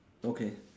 okay